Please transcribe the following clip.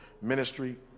ministry